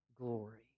glory